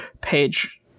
page